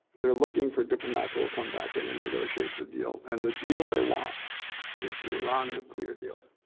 they're looking for diplomats that will come back in and negotiate the deal and the deal they want is the iran nuclear deal,